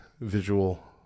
visual